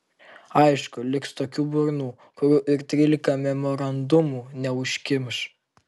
aišku liks tokių burnų kurių ir trylika memorandumų neužkimš